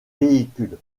véhicules